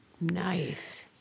Nice